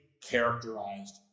characterized